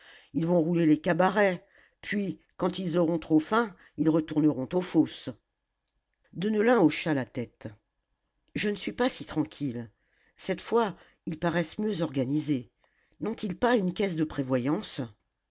ils vont rouler les cabarets puis quand ils auront trop faim ils retourneront aux fosses deneulin hocha la tête je ne suis pas si tranquille cette fois ils paraissent mieux organisés n'ont-ils pas une caisse de prévoyance